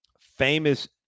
famous